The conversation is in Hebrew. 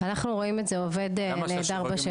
אנחנו רואים את זה עובד נהדר בשטח.